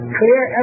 clear